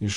iš